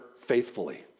faithfully